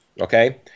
okay